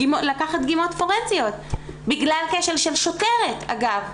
לקחת דגימות פורנזיות, בגלל כשל של שוטרת, אגב.